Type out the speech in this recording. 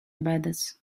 badass